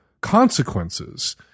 consequences